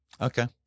Okay